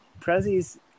Prezi's